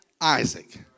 Isaac